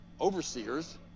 overseers